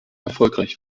erfolgreich